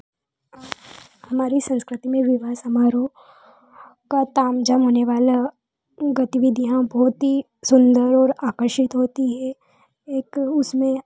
हमारी संस्कृति में विवाह समारोह का ताम झाम होने वाला गतिविधियाँ बहुत ही सुन्दर और आकर्षित होती है एक उसमें